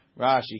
Rashi